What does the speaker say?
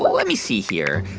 let let me see here.